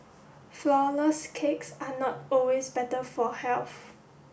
flour less cakes are not always better for health